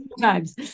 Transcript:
times